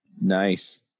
Nice